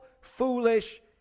foolish